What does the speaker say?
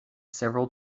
several